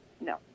no